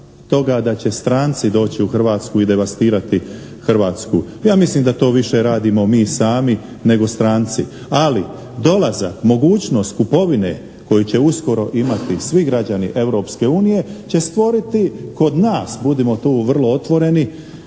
da će stranci doći u Hrvatsku i devastirati Hrvatsku. Ja mislim da to više radimo mi sami nego stranci. Ali dolazak, mogućnost kupovine koju će uskoro imati svi građani Europske unije će stvoriti kod nas, budimo tu vrlo otvoreni,